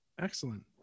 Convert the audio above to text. Excellent